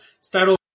Start